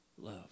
love